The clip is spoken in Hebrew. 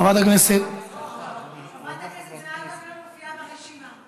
חברת הכנסת זהבה גלאון, מופיעה ברשימה.